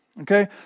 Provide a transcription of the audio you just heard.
Okay